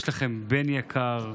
יש לכם בן יקר,